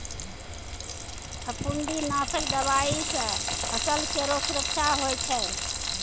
फफूंदी नाशक दवाई सँ फसल केरो सुरक्षा होय छै